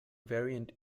variant